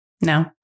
No